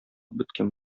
беткән